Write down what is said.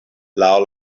laŭ